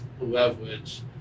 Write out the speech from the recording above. leverage